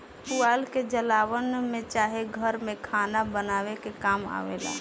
पुआल के जलावन में चाहे घर में खाना बनावे के काम आवेला